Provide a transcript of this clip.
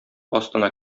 астына